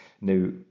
Now